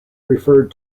referred